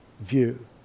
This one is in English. view